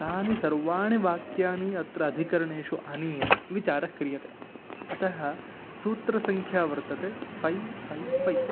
तानि सर्वाणि वाक्यानि अत्र अधिकरणेषु आनीय विचारः क्रियते अतः सूत्रसङ्ख्या वर्तते फ़ै फ़ै फ़ैव्